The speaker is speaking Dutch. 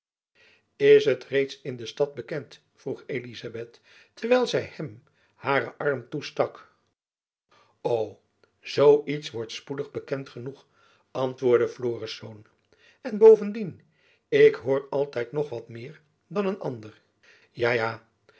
is het reeds in de stad bekend vroeg elizabeth terwijl zy hem haren arm toestak o zoo iets wordt spoedig bekend genoeg antwoordde florisz en bovendien ik hoor altijd nog wat meer dan een ander ja ja